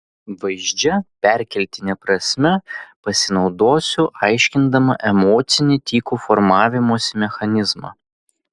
vaizdžia perkeltine prasme pasinaudosiu aiškindama emocinį tikų formavimosi mechanizmą